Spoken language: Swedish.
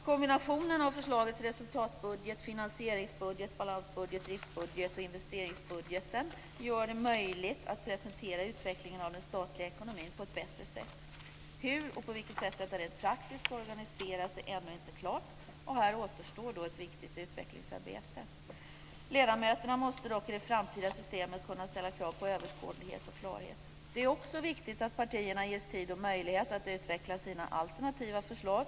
Kombinationen av förslagets resultatbudget, finansieringsbudget, balansbudget, driftsbudget och investeringsbudget gör det möjligt att presentera utvecklingen av den statliga ekonomin på ett bättre sätt. Hur och på vilket sätt detta rent praktiskt ska organiseras är ännu inte klart. Här återstår ett viktigt utvecklingsarbete. I det framtida systemet måste dock ledamöterna kunna ställa krav på överskådlighet och klarhet. Det är också viktigt att partierna ges tid och möjlighet att utveckla sina alternativa förslag.